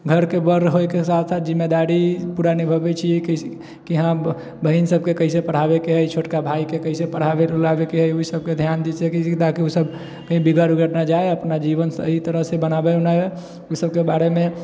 घरके बड़ होइके साथ साथ जिम्मेदारी पूरा निभाबै छिए कइसे कि हाँ बहिन सबके कइसे पढ़ाबैके हइ छोटका भाइके कइसे पढ़ाबै उढ़ाबैके हइ ओहि सबके धिआन दै छिए कि सीधा ओसब कहीँ बिगड़ि उगड़ि नहि जाइ अपना जीवन सही तरहसँ बनाबे उनाबे ओहि सबके बारेमे